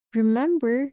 remember